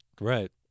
Right